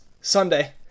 Sunday